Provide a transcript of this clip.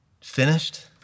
Finished